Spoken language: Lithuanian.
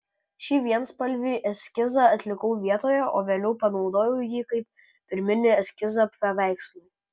šį vienspalvį eskizą atlikau vietoje o vėliau panaudojau jį kaip pirminį eskizą paveikslui